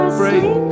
break